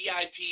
VIP